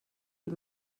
die